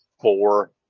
four